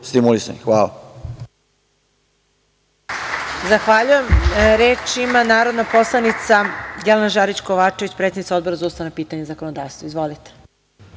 stimulisani. Hvala.